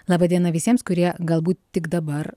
laba diena visiems kurie galbūt tik dabar